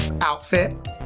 outfit